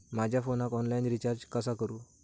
माझ्या फोनाक online recharge कसा करू?